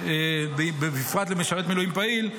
בפרט למשרת מילואים פעיל,